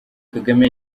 kagame